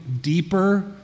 deeper